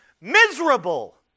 miserable